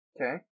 Okay